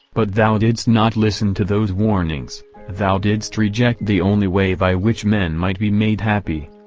but thou didst not listen to those warnings thou didst reject the only way by which men might be made happy.